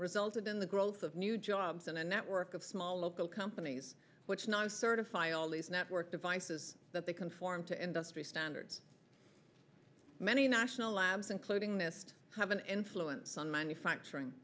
resulted in the growth of new jobs and a network of small local companies which non certified all these network devices that they conform to industry standards many national labs including this have an influence on manufacturing